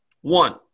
One